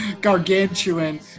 gargantuan